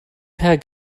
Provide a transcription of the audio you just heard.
per